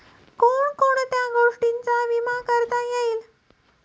कोण कोणत्या गोष्टींचा विमा करता येईल?